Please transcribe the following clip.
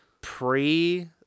pre